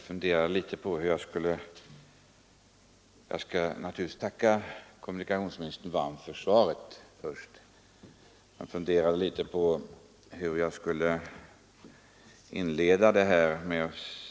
Fru talman! Först vill jag naturligtvis tacka kommunikationsministern varmt för svaret. Jag funderade litet på hur jag skulle inleda mitt anförande.